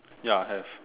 ya have